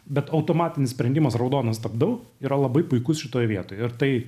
bet automatinis sprendimas raudonas stabdau yra labai puikus šitoj vietoj ir tai